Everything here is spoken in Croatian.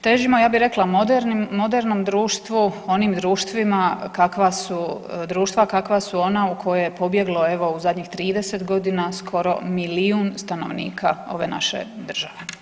Težimo, ja bih rekla, modernom društvu, onim društvima kakva su društva, kakva su ona u koje je pobjeglo, evo, u zadnjih 30 godina, skoro milijun stanovnika ove naše države.